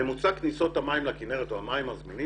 ממוצע כניסות המים לכינרת או המים הזמינים